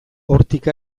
hortik